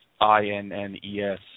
I-N-N-E-S